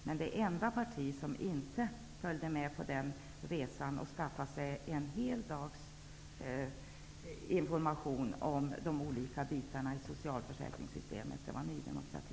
Men det enda parti som inte var med på den resan för att få sig en hel dags information om de olika delarna i socialförsäkringssystemet var Ny demokrati.